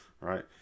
right